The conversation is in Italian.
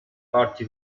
parti